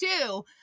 Two